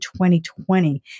2020